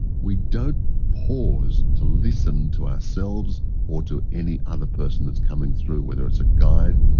we don't pause to listen to ourselves or to any other person that's coming through, whether it's a guide,